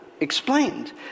explained